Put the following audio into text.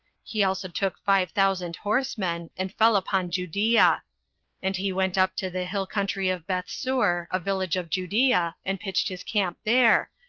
he also took five thousand horsemen, and fell upon judea and he went up to the hill country of bethsur, a village of judea, and pitched his camp there,